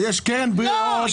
יש קרן בריאות.